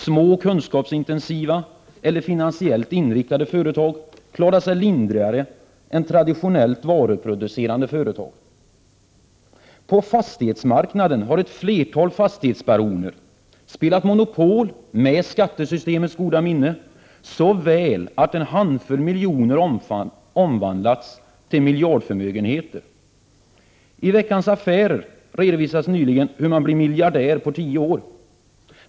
Små kunskapsintensiva eller finansiellt inriktade företag klarar sig undan lindrigare än traditionellt varuproducerande företag. På fastighetsmarknaden har ett flertal fastighetsbaroner spelat monopol, med skattesystemets goda minne, så väl att en handfull miljoner omvandlats till miljardförmögenheter. I Veckans Affärer redovisades nyligen hur man blir miljardär på tio år.